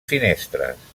finestres